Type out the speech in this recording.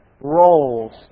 roles